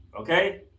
Okay